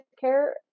care